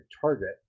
target